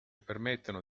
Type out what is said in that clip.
permettono